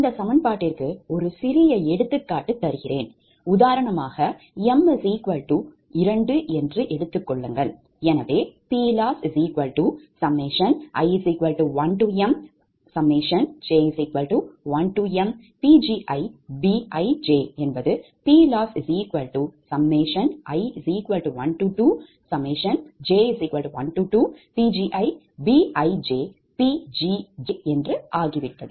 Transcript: இந்த சமன்பாட்டிற்கு ஒரு சிறிய எடுத்துக்காட்டு தருகிறேன் உதாரணமாக 𝑚 2 என்று எடுத்துக்கொள்ளுங்கள் எனவே PLossi1mj1mPgiBij என்பது PLossi12j12PgiBijPgj என்று ஆகிவிட்டது